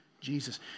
Jesus